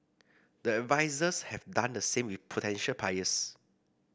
the advisers have done the same with potential buyers